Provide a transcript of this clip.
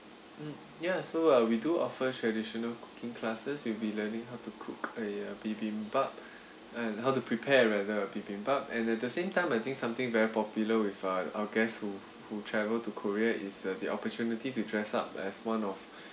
mm ya so uh we do offer traditional cooking classes we'll be learning how to cook like uh bibimbap and how to prepare like a bibimbap and at the same time I think something very popular with uh our guests who who travel to korea is uh the opportunity to dress up as one of